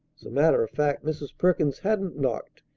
as a matter of fact mrs. perkins hadn't knocked.